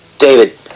David